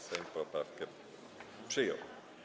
Sejm poprawkę przyjął.